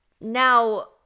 Now